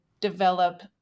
develop